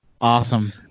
awesome